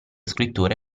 scrittore